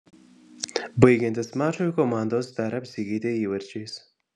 baigiantis mačui komandos dar apsikeitė įvarčiais